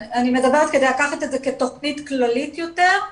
אני מדברת על לקחת את זה כתכנית כללית יותר,